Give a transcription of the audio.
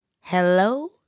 hello